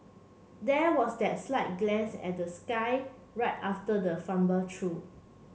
there was that slight glance at the sky right after the fumble true